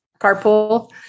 carpool